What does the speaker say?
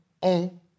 on